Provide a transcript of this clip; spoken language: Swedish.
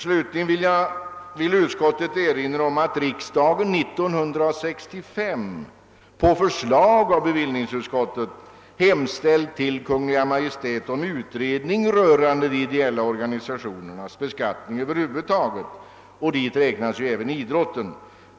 Slutligen vill utskottet erinra om att riksdagen 1965 på förslag av bevillningsutskottet hos Kungl. Maj:t hemställde om en utredning rörande de ideella organisationernas beskattning över huvud taget — till dem räknas ju även idrottsorganisationerna.